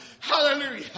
Hallelujah